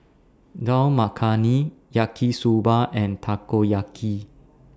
Dal Makhani Yaki Soba and Takoyaki